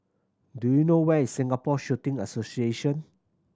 do you know where is Singapore Shooting Association